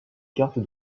carte